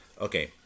Okay